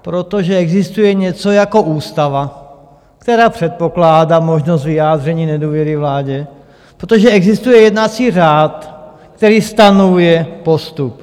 Protože existuje něco jako ústava, která předpokládá možnost vyjádření nedůvěry vládě, protože existuje jednací řád, který stanovuje postup.